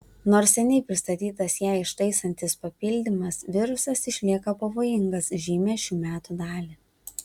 nors seniai pristatytas ją ištaisantis papildymas virusas išlieka pavojingas žymią šių metų dalį